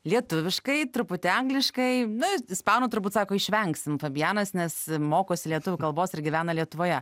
lietuviškai truputį angliškai na ispanų turbūt sako išvengsim fabianas nes mokosi lietuvių kalbos ir gyvena lietuvoje